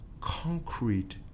concrete